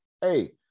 hey